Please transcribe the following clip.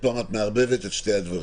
מערבבת את שני הדברים.